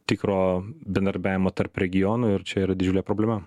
tikro bendradarbiavimo tarp regionų ir čia yra didžiulė problema